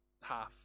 half-